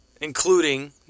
including